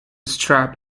strap